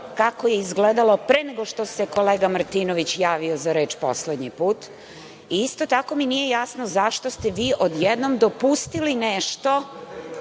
kako je izgledalo pre nego što se kolega Martinović javio za reč poslednji put. Isto tako mi nije jasno zašto ste vi odjednom dopustili nešto,